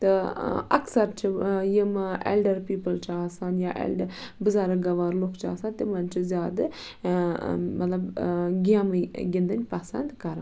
تہٕ اکژر چھِ یِم ایلڑر پیپُل چھِ آسان یا ایلڑر بُزرگ گوار لُکھ چھِ آسان تِمَن چھُ زیادٕ مطلب گیمٕے گِندٕنۍ پسند کَران